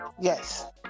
yes